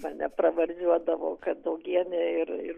mane pravardžiuodavo daugienė ir ir